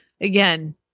again